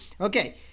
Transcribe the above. Okay